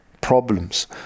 problems